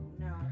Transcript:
no